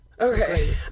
Okay